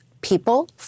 people